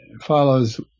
follows